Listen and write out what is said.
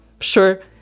sure